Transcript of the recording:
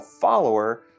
follower